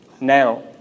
Now